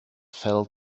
fell